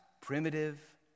primitive